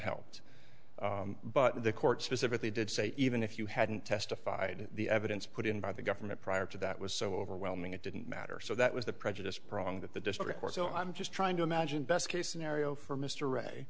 helped but the court specifically did say even if you hadn't testified the evidence put in by the government prior to that was so overwhelming it didn't matter so that was the prejudice prong that the district or so i'm just trying to imagine best case scenario for mr ray